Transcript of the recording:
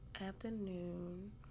afternoon